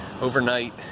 overnight